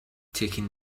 taking